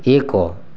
ଏକ